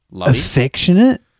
affectionate